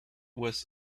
was